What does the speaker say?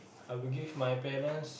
I would give my parents